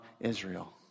Israel